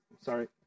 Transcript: sorry